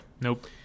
Nope